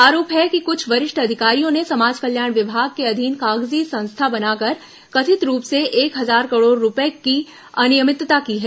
आरोप है कि कुछ वरिष्ठ अधिकारियों ने समाज कल्याण विभाग के अधीन कागजी संस्था बनाकर कथित रूप से एक हजार करोड़ रूपये की अनियमितता की है